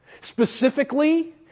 specifically